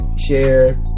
share